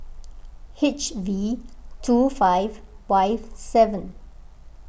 H V two five Y seven